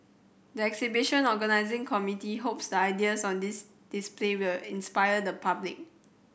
the exhibition organising committee hopes the ideas on dis display will inspire the public